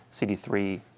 CD3